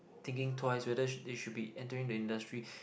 thinking twice whether should they should be entering the industry